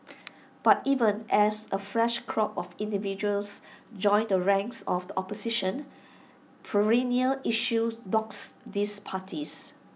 but even as A fresh crop of individuals joins the ranks of the opposition perennial issues dogs these parties